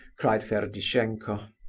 cried ferdishenko.